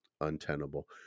untenable